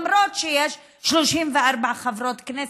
למרות שיש 34 חברות כנסת,